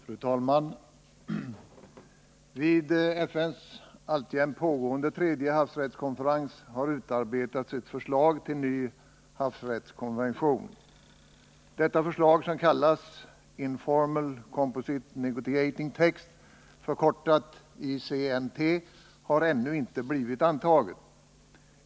Fru talman! Vid FN:s alltjämt pågående tredje havsrättskonferens har utarbetats ett förslag till en ny havsrättskonvention. Detta förslag, som kallas Informal Composite Negotiating Text, ICNT, har ännu inte blivit antaget.